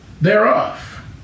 thereof